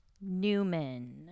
Newman